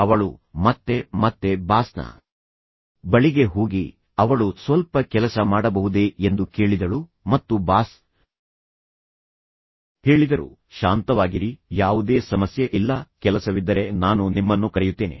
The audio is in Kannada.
ಅವಳು ಮತ್ತೆ ಮತ್ತೆ ಬಾಸ್ನ ಬಳಿಗೆ ಹೋಗಿ ಅವಳು ಸ್ವಲ್ಪ ಕೆಲಸ ಮಾಡಬಹುದೇ ಎಂದು ಕೇಳಿದಳು ಮತ್ತು ಬಾಸ್ ಹೇಳಿದರು ಶಾಂತವಾಗಿರಿ ಯಾವುದೇ ಸಮಸ್ಯೆ ಇಲ್ಲ ಕೆಲಸವಿದ್ದರೆ ನಾನು ನಿಮ್ಮನ್ನು ಕರೆಯುತ್ತೇನೆ